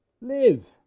live